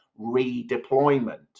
redeployment